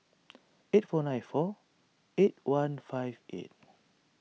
eight four nine four eight one five eight